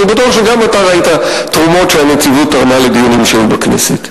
אני בטוח שגם אתה ראית תרומות שהנציבות תרמה לדיונים שהיו בכנסת.